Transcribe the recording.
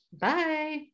bye